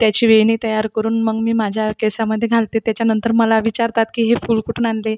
त्याची वेणी तयार करुन मग मी माझ्या केसामध्ये घालते तेच्या नंतर मला विचारतात की हे फूल कुठून आणले